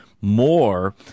more